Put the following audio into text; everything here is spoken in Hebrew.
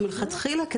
מלכתחילה,